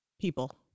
people